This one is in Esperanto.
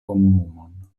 komunumon